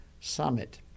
Summit